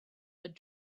had